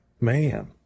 Man